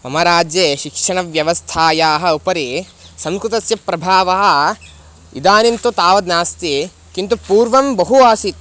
मम राज्ये शिक्षणव्यवस्थायाः उपरि संस्कृतस्य प्रभावः इदानीं तु तावद् नास्ति किन्तु पूर्वं बहु आसीत्